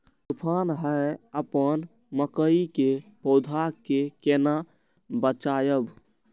तुफान है अपन मकई के पौधा के केना बचायब?